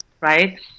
right